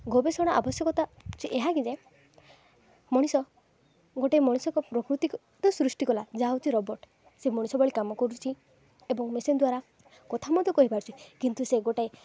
ଗୋବେଷଣା ଆବଶ୍ୟକତା ଏହାକି ଯେ ମଣିଷ ଗୋଟେ ମଣିଷକୁ ପ୍ରକୃତି ସୃଷ୍ଟି କଲା ଯାହା ହେଉଛି ରବୋଟ୍ ସେ ମଣିଷ ଭଳି କାମ କରୁଛି ଏବଂ ମେସିନ୍ ଦ୍ୱାରା କଥା ମଧ୍ୟ କହିପାରୁଛି କିନ୍ତୁ ସେ ଗୋଟେ